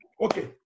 Okay